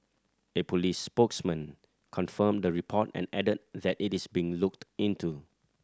a police spokesman confirmed the report and added that it is being looked into